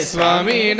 Swami